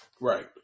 Right